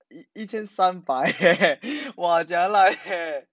一千三百 eh !wah! jialat eh